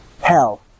hell